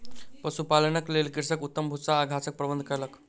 पशुपालनक लेल कृषक उत्तम भूस्सा आ घासक प्रबंध कयलक